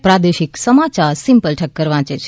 પ્રાદેશિક સમાચાર સિમ્પલ ઠક્કર વાંચે છે